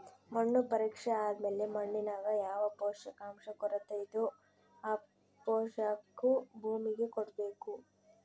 ಮಣ್ಣು ಪರೀಕ್ಷೆ ಆದ್ಮೇಲೆ ಮಣ್ಣಿನಾಗ ಯಾವ ಪೋಷಕಾಂಶ ಕೊರತೆಯಿದೋ ಆ ಪೋಷಾಕು ಭೂಮಿಗೆ ಕೊಡ್ಬೇಕು